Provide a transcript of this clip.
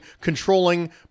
controlling